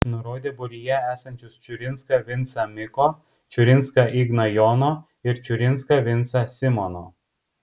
nurodė būryje esančius čiurinską vincą miko čiurinską igną jono ir čiurinską vincą simono